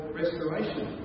restoration